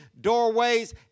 doorways